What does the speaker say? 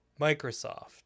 Microsoft